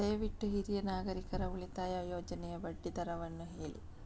ದಯವಿಟ್ಟು ಹಿರಿಯ ನಾಗರಿಕರ ಉಳಿತಾಯ ಯೋಜನೆಯ ಬಡ್ಡಿ ದರವನ್ನು ಹೇಳಿ